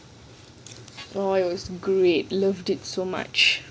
oh my god it was great loved it so much